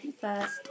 first